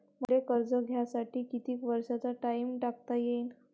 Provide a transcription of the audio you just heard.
मले कर्ज घ्यासाठी कितीक वर्षाचा टाइम टाकता येईन?